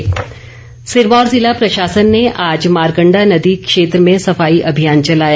सफाई अभियान सिरमौर जिला प्रशासन ने आज मारकण्डा नदी क्षेत्र में सफाई अभियान चलाया